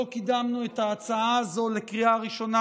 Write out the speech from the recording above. לא קידמנו את ההצעה הזו לקריאה ראשונה,